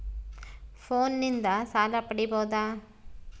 ಫೋನಿನಿಂದ ಸಾಲ ಪಡೇಬೋದ?